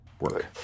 work